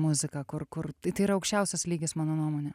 muzika kur kur tai yra aukščiausias lygis mano nuomone